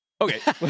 Okay